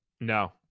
No